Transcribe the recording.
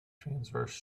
transverse